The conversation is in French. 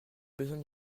besoin